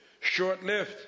short-lived